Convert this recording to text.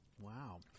Wow